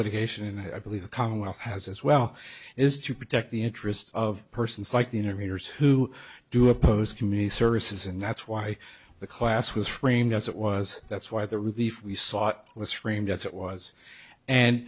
litigation and i believe the commonwealth has as well is to protect the interests of persons like the interveners who do oppose community services and that's why the class was framed as it was that's why the relief we sought was framed as it was and